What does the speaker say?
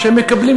הם מקבלים,